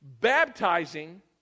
Baptizing